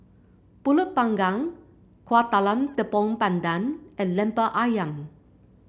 pulut Panggang Kueh Talam Tepong Pandan and Lemper ayam